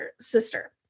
sister